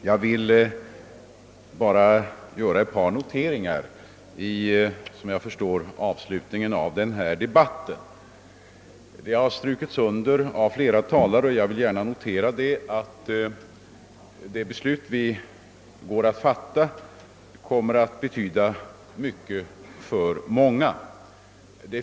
Herr talman! Jag vill bara göra ett par noteringar i avslutningen av denna debatt. Det har av flera talare strukits under — jag vill gärna notera det — att det beslut som vi går att fatta kommer att betyda mycket för många.